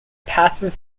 passes